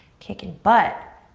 kicking butt,